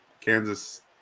Kansas